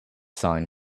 sign